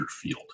field